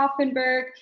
Hoffenberg